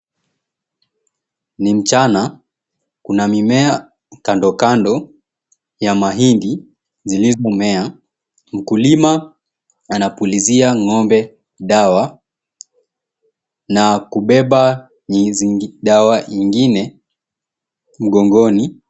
Ni mchana. Kuna mimea kandokando ya mahindi zilizomea. Mkulima anapulizia ng'ombe dawa na kubeba dawa ingine mgongoni.